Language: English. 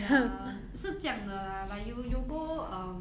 ya 是这样的 lah like you you go um